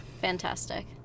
Fantastic